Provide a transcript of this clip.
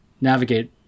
navigate